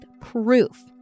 proof